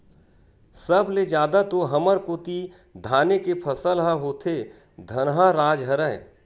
सब ले जादा तो हमर कोती धाने के फसल ह होथे धनहा राज हरय